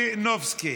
מלינובסקי.